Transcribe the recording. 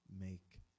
make